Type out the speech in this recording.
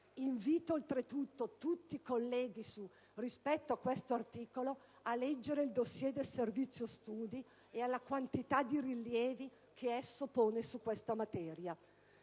Invito, oltretutto, tutti i colleghi, rispetto a questo articolo, a leggere il *dossier* del Servizio studi e la quantità di rilievi che esso pone su questa materia.